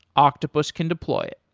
octopus can deploy it.